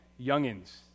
youngins